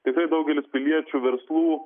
tikrai daugelis piliečių verslų